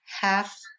half